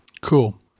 Cool